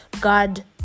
god